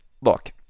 look